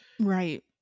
right